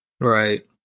Right